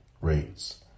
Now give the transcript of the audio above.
rates